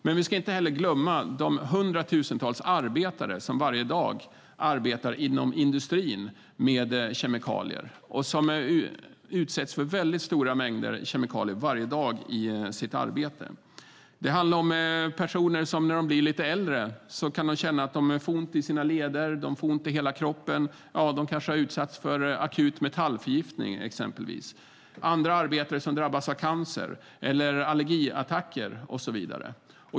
Men vi ska inte heller glömma de hundratusentals arbetare som arbetar inom industrin med kemikalier och som utsätts för stora mängder kemikalier varje dag i sitt arbete. Det handlar om personer som när de blir lite äldre kan känna att de får ont i sina leder eller ont i hela kroppen. De kanske har utsatts för akut metallförgiftning exempelvis. Andra arbetare drabbas av cancer eller allergiattacker och så vidare.